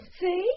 See